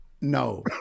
no